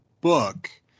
book